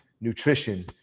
nutrition